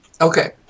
Okay